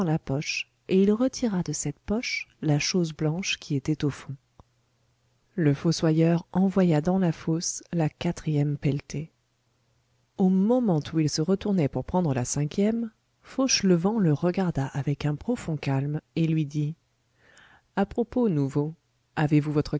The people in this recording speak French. poche et il retira de cette poche la chose blanche qui était au fond le fossoyeur envoya dans la fosse la quatrième pelletée au moment où il se retournait pour prendre la cinquième fauchelevent le regarda avec un profond calme et lui dit à propos nouveau avez-vous votre